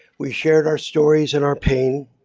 we shared our stories and our pain.